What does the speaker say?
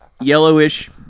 yellowish